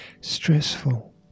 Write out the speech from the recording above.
stressful